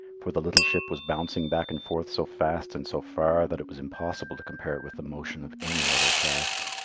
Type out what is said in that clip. for the little ship was bouncing back and forth so fast and so far that it was impossible to compare it with the motion of any other craft.